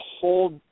whole